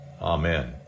Amen